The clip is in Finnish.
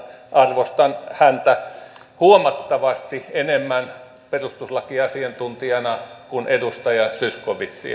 arvostan häntä huomattavasti enemmän perustuslakiasiantuntijana kuin edustaja zyskowiczia